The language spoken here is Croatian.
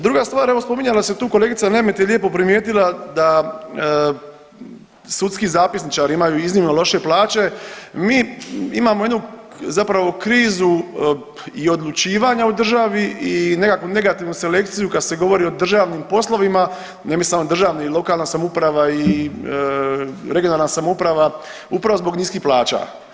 Druga stvar, evo spominjalo se tu kolegica Nemet je lijepo primijetila da sudski zapisničari imaju iznimno loše plaće, mi imamo jednu zapravo krizu i odlučivanja u državi i nekakvu negativnu selekciju kad se govori o državnim poslovima, ne mislim samo državni i lokalna samouprava i regionalna samouprava upravo zbog niskih plaća.